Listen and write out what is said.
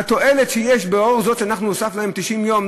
והתועלת שיש לאור זאת שהוספנו להם 90 יום,